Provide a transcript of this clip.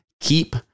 keep